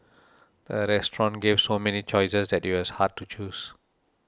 the restaurant gave so many choices that it was hard to choose